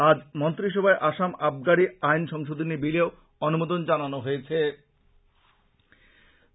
আজ মন্ত্রীসভায় আসাম আবগারী আইন সংশোধনী বিলেও অনুমোদন জানানো হয়